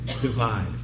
divide